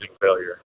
failure